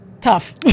tough